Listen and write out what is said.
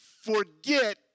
forget